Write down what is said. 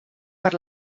per